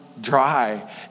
dry